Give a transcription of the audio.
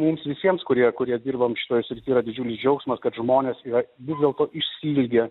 mums visiems kurie kurie dirbam šioj srity yra didžiulis džiaugsmas kad žmonės yra vis dėlto išsiilgę